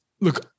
Look